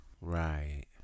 Right